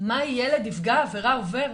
מה ילד נפגע עבירה עובר.